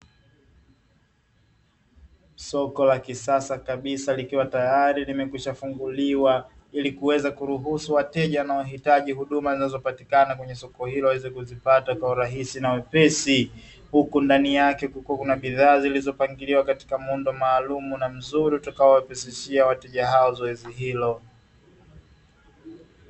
Soko la kisasa kabisa likiwa tayari limekwishafunguliwa ili kuweza kuruhusu wateja na wahitaji huduma zinazopatikana kwenye soko hilo waweze kuzipata kwa urahisi na wepesi, huku ndani yake kukiwa kuna bidhaa zilizopangiliwa katika muundo maalumu na mzuri utakaowarahisishia wateja hao zoezi hilo.